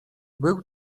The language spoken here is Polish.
był